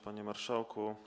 Panie Marszałku!